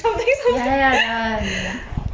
ya ya ya that one